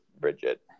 bridget